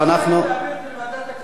להעביר את זה לוועדת הכספים.